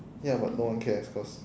ya but no one cares cause